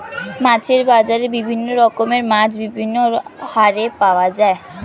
মাছের বাজারে বিভিন্ন রকমের মাছ বিভিন্ন হারে পাওয়া যায়